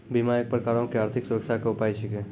बीमा एक प्रकारो के आर्थिक सुरक्षा के उपाय छिकै